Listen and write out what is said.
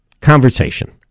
conversation